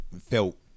felt